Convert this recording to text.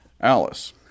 Alice